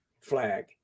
flag